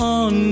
on